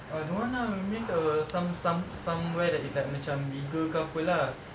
uh don't want lah we make uh some some somewhere that is like macam bigger ke apa lah